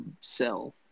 sell